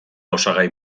osagai